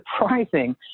surprising